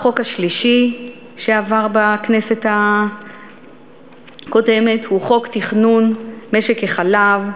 החוק השלישי שעבר בכנסת הקודמת הוא חוק תכנון משק החלב,